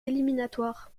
éliminatoires